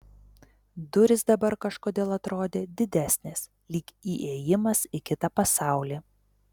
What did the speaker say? durys dabar kažkodėl atrodė didesnės lyg įėjimas į kitą pasaulį